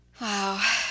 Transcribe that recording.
wow